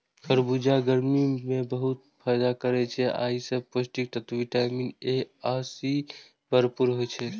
खरबूजा गर्मी मे बहुत फायदा करै छै आ ई पौष्टिक तत्व विटामिन ए आ सी सं भरपूर होइ छै